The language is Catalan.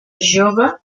jove